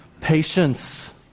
Patience